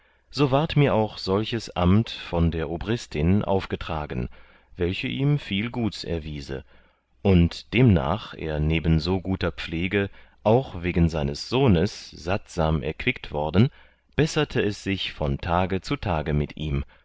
so ward mir auch solches amt von der obristin aufgetragen welche ihm viel guts erwiese und demnach er neben so guter pflege auch wegen seines sohnes sattsam erquickt worden besserte es sich von tage zu tage mit ihm